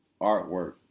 artwork